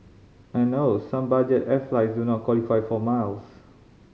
and oh some budget air flights do not qualify for miles